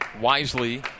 wisely